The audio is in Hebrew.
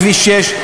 כביש 6,